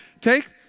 take